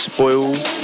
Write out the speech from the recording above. Spoils